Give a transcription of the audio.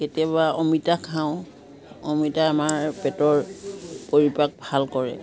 কেতিয়াবা অমিতা খাওঁ অমিতা আমাৰ পেটৰ পৰিপাক ভাল কৰে